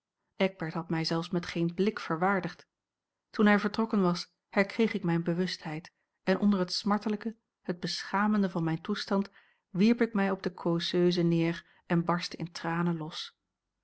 eckbert had mij zelfs met geen blik verwaardigd toen hij vertrokken was herkreeg ik mijne bewustheid en onder het smartelijke het beschamende van mijn toestand wierp ik mij op de causeuse neer en barstte in tranen los